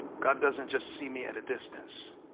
god doesn't just see me at a distance